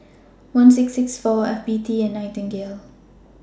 one six six four F B T and Nightingale